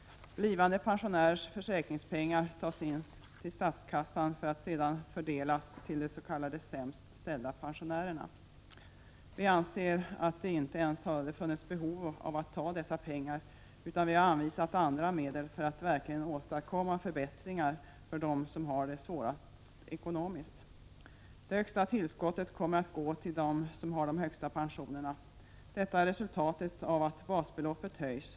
Blivande pensionärers försäkringspengar tas in till statskassan för att sedan fördelas till de s.k. sämst ställda pensionärerna. Vi anser att det inte ens hade funnits behov av att ta dessa pengar. Vi har i stället anvisat andra medel för att verkligen åstadkomma förbättringar för dem som har det svårast ekonomiskt. Det högsta tillskottet kommer att gå till dem som har de högsta pensionerna. Det är resultatet av att basbeloppet höjs.